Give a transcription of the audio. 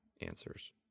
answers